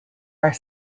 are